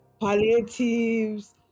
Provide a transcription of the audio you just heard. palliatives